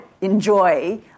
enjoy